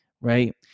right